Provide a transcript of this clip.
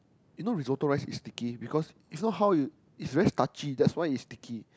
you know Risotto rice is sticky because is not how you is very starchy that's why is sticky